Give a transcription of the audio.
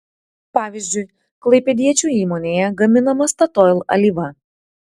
pavyzdžiui klaipėdiečių įmonėje gaminama statoil alyva